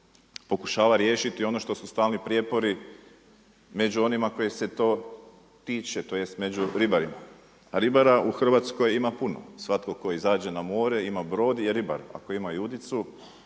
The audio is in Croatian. pokušava riješiti ono što su stalni prijepori među onima kojih se to tiče, tj. među ribarima, a ribara u Hrvatskoj ima puno. Svatko tko izađe na more, ima brod, je ribar, ako ima i udicu